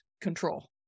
control